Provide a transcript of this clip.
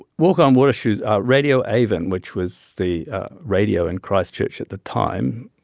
walk-on-water shoes are radio avon, which was the radio in christchurch at the time,